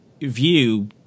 view